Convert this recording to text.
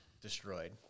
destroyed